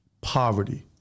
poverty